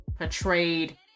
Portrayed